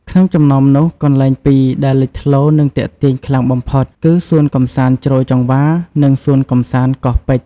ក្នុងចំណោមនោះ កន្លែងពីរដែលលេចធ្លោរ និងទាក់ទាញខ្លាំងបំផុតគឺ សួនកម្សាន្តជ្រោយចង្វារ និង សួនកម្សាន្តកោះពេជ្រ។